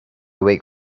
weak